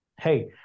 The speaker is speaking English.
Hey